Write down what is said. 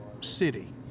city